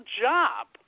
job